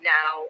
Now